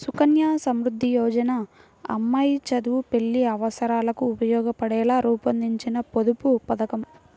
సుకన్య సమృద్ధి యోజన అమ్మాయి చదువు, పెళ్లి అవసరాలకు ఉపయోగపడేలా రూపొందించిన పొదుపు పథకం